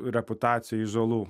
reputacijai žalų